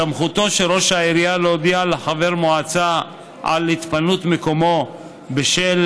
סמכותו של ראש העירייה להודיע לחבר מועצה על התפנות מקומו בשל